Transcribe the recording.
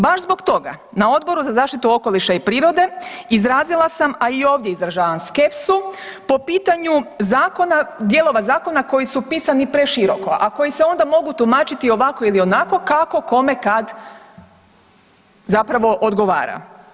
Baš zbog toga na Odboru za zaštitu okoliša i prirode izrazila sam, a i ovdje izražavam skepsu po pitanju zakona, dijelova zakona koji su pisani preširoko, a koji se onda mogu tumačiti ovako ili onako kako kome kad zapravo odgovara.